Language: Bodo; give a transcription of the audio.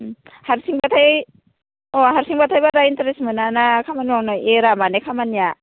हारसिंबाथाइ अ' हारसिंबाथाय बारा इनटारेस मोना ना खामानि मावनो एरा मानि खामानिया